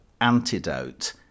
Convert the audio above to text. antidote